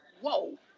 whoa